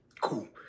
Cool